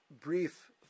brief